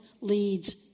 leads